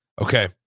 Okay